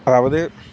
அதாவது